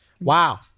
Wow